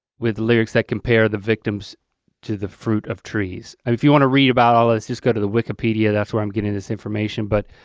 with lyrics that compare the victims to the fruit of trees. and if you want to read about all this, just go to the wikipedia, that's where i'm getting this information, but